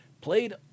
played